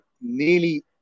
nearly